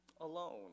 alone